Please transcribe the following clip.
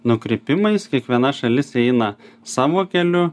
nukrypimais kiekviena šalis eina savo keliu